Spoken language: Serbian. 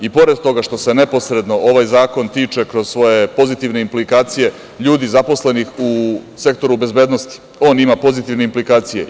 I pored toga što se neposredno ovaj zakon tiče kroz svoje pozitivne aplikacije ljudi zaposlenih u Sektoru bezbednosti on ima pozitivne aplikacije.